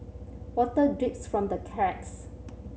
water drips from the cracks